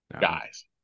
guys